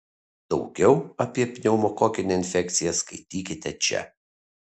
daugiau apie pneumokokinę infekciją skaitykite čia